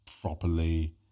properly